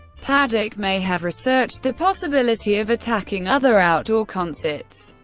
paddock may have researched the possibility of attacking other outdoor concerts,